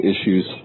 issues